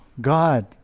God